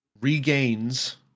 Regains